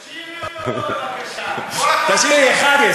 תשאירי אותו, בבקשה, תשאירי אחד.